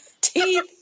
teeth